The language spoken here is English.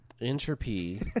Entropy